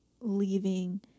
leaving